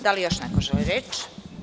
Da li još neko želi reč?